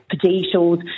potatoes